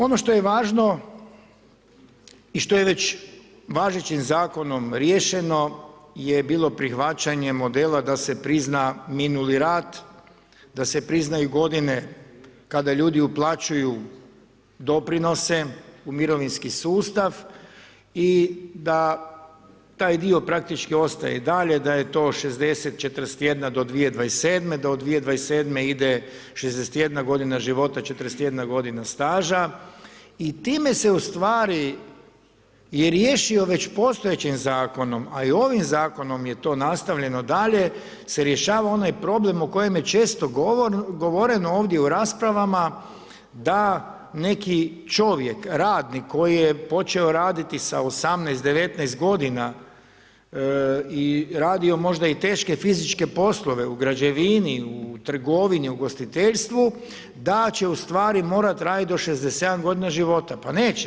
Ono što je važno i što je već važećim Zakonom riješeno je bilo prihvaćanje modela da se prizna minuli rad, da se priznaju godine kada ljudi uplaćuju doprinose u mirovinski sustav i da taj dio praktički ostaje i dalje, da je to 60, 41 do 2027.-te, da od 2027.-te ide 61 godina života, 41 godina staža i time se ustvari i riješio već postojećim Zakonom, a i ovim Zakonom je to nastavljeno dalje se rješava onaj problem o kojem je često govoreno ovdje u raspravama da neki čovjek, radnik koji je počeo raditi sa 18, 19 godina i radio možda i teške fizičke poslove u građevini, u trgovini, u ugostiteljstvu, da će ustvari morati raditi do 67 godina života, pa neće.